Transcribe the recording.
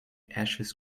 ashes